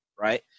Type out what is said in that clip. right